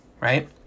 Right